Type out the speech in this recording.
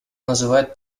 называют